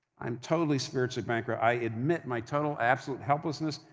i'm totally spiritually bankrupt, i admit my total absolute helplessness,